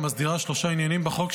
המסדירה שלושה עניינים בחוק,